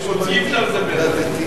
צריך לתת לו הרבה יותר.